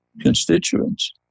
constituents